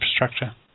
infrastructure